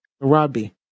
Robbie